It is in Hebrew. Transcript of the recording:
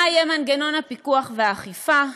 מה יהיה מנגנון הפיקוח והאכיפה,